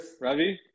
Ravi